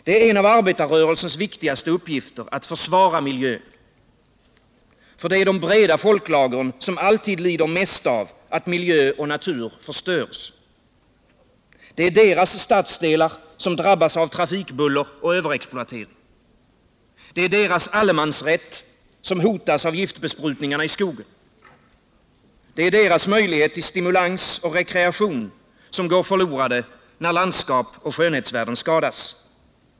Det är en av arbetarrörelsens viktigaste uppgifter att försvara miljön, för det är de breda folklagren som alltid lider mest av att miljö och natur förstörs. Det är deras stadsdelar som drabbas av trafikbuller och överexploatering. Det är deras allemansrätt som hotas av giftbesprutningarna i skogen. Det är deras möjlighet till stimulans och rekreation som går förlorad, när landskap och skönhetsvärden skadas.